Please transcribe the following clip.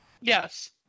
Yes